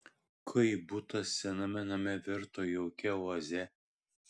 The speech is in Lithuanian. kaip butas sename name virto jaukia oaze